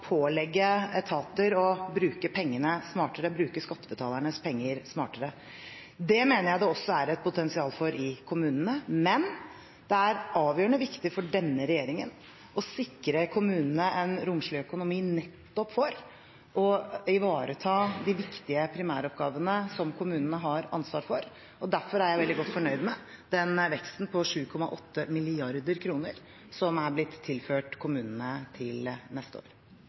bruke skattebetalernes penger smartere. Det mener jeg det også er et potensial for i kommunene, men det er avgjørende viktig for denne regjeringen å sikre kommunene en romslig økonomi nettopp for å ivareta de viktige primæroppgavene som kommunene har ansvar for. Derfor er jeg veldig godt fornøyd med veksten på 7,8 mrd. kr som er blitt tilført kommunene for neste år.